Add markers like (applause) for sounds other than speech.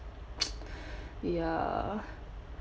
(noise) (breath) ya